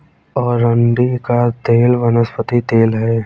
अरंडी का तेल वनस्पति तेल है